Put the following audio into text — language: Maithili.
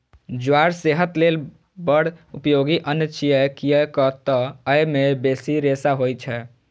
ज्वार सेहत लेल बड़ उपयोगी अन्न छियै, कियैक तं अय मे बेसी रेशा होइ छै